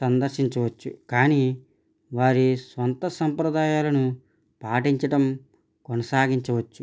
సందర్శించవచ్చు కానీ వారి స్వంత సాంప్రదాయాలను పాటించడం కొనసాగించవచ్చు